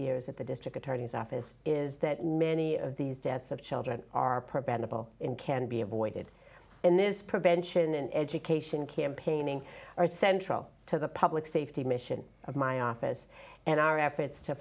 years at the district attorney's office is that many of these deaths of children are preventable in can be avoided in this prevention and education campaigning are central to the public safety mission of my office and our efforts to